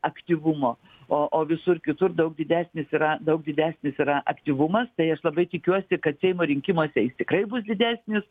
aktyvumo o o visur kitur daug didesnis yra daug didesnis yra aktyvumas tai aš labai tikiuosi kad seimo rinkimuose jis tikrai bus didesnis